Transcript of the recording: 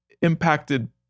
impacted